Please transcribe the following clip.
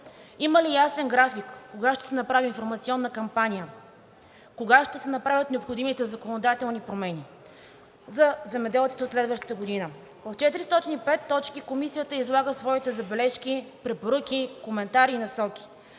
Има ли ясен график? Кога ще се направи информационна кампания? Кога ще се направят необходимите законодателни промени за земеделците от следващата година? В 405 точки Комисията излага своите забележки, препоръки, коментари и насоки.